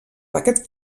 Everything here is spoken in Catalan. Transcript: d’aquest